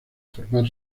formar